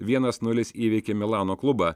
vienas nulis įveikė milano klubą